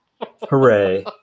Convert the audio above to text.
Hooray